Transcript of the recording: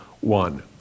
one